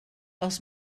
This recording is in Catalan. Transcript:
els